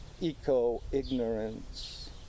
eco-ignorance